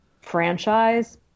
franchise